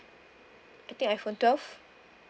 I think iphone twelve